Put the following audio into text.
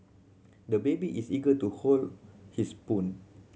the baby is eager to hold his spoon